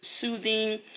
soothing